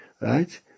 right